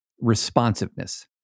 Responsiveness